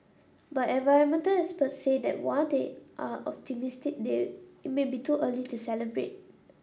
but environmental experts say that while they are optimistic it may be too early to celebrate